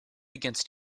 against